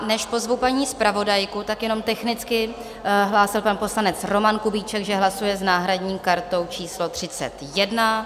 Než pozvu paní zpravodajku, tak jen technicky hlásil pan poslanec Roman Kubíček, že hlasuje s náhradní kartou číslo 31.